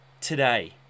Today